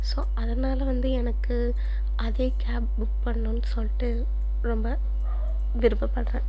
so அதனால் வந்து எனக்கு அதே கேப் புக் பண்ணணுன்னு சொல்லிட்டு ரொம்ப விருப்பப்படுறேன்